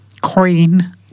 Queen